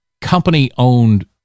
company-owned